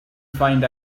find